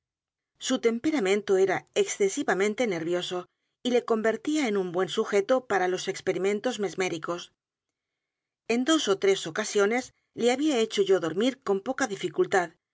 su temperamento era excesivamente nervioso y le convertía en un buen sujeto para los experimentos mesméricos en dos ó t r e s ocasiones le había hecho yo dormir con poca dificultad